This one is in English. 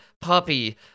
puppy